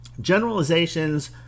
Generalizations